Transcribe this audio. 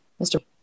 Mr